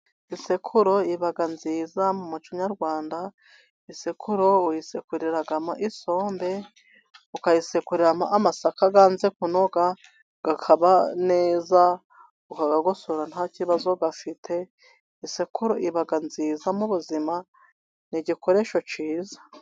Isekuro iba nziza mu muco nyarwanda, isekururo uyisekuriramo isombe, ukayisekuriramo amasaka yanze kunoga, akaba neza, ukayagosora nta kibazo afite, isekuru iba nziza mu buzima ni igikoresho cyiza.